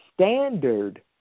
standard